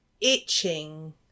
itching